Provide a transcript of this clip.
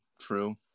true